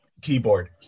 keyboard